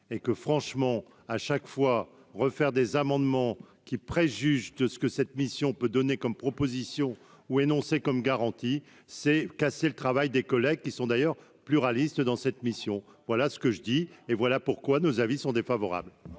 et que franchement à chaque fois refaire des amendements qui préjuge de ce que cette mission peut donner comme proposition ou énoncé comme garantie s'est cassé le travail des collègues qui sont d'ailleurs pluraliste dans cette mission, voilà ce que je dis, et voilà pourquoi nos avis sont défavorables.